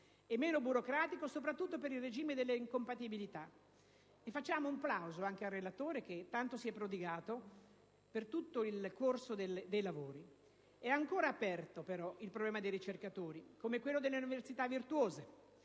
e meno burocratico soprattutto per il regime delle incompatibilità. Rivolgiamo un plauso anche al relatore, che tanto si è prodigato per tutto il corso dei lavori. È ancora aperto, però, il problema dei ricercatori come quello delle università virtuose,